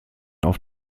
auf